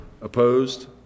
Opposed